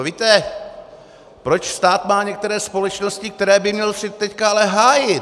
Víte, proč stát má některé společnosti, které by měl teď ale hájit?